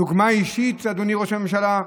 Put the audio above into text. דוגמה אישית, אדוני ראש הממשלה.